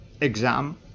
exam